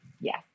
Yes